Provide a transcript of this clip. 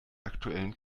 aktuellen